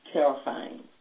Terrifying